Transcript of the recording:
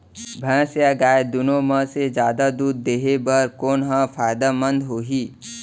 भैंस या गाय दुनो म से जादा दूध देहे बर कोन ह फायदामंद होही?